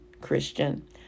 Christian